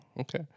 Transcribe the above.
okay